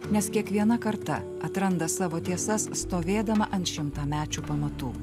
nes kiekviena karta atranda savo tiesas stovėdama ant šimtamečių pamatų